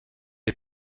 est